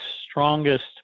strongest